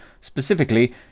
Specifically